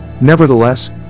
Nevertheless